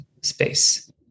space